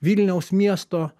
vilniaus miesto